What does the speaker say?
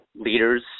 leaders